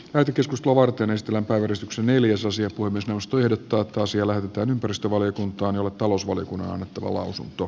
percy stuartin estellä vedostuksen neljäsosia voi myös nousta jotta asialle mitään ympäristövaliokuntaan talousvaliokunnan lausunto